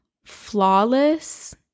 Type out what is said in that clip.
flawless